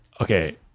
okay